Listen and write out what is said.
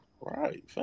Right